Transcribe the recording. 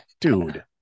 Dude